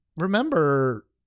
remember